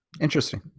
Interesting